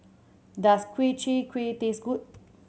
does Ku Chai Kuih taste good